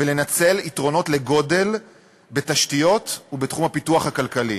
לנצל יתרונות של גודל בתשתיות ובתחום הפיתוח הכלכלי,